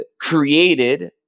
created